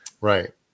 Right